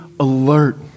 alert